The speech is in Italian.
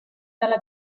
dalla